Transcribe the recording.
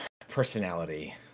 personality